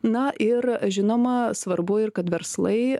na ir žinoma svarbu ir kad verslai